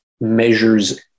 measures